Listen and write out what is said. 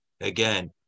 again